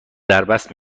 دربست